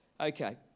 Okay